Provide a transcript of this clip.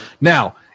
Now